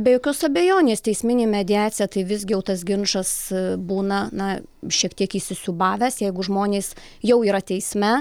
be jokios abejonės teisminė mediacija tai visgi jau tas ginčas būna na šiek tiek įsisiūbavęs jeigu žmonės jau yra teisme